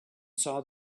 saw